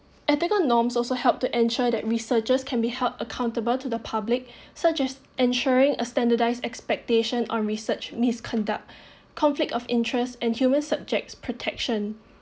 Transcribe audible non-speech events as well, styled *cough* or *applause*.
ethical norms also help to ensure that researchers can be held accountable to the public such as ensuring a standardized expectation or research misconduct *breath* conflict of interests and human subjects protection